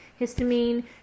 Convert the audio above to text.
Histamine